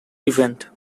event